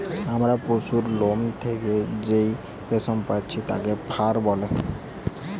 আমরা পশুর লোম থেকে যেই রেশম পাচ্ছি তাকে ফার বলে